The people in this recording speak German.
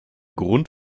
grund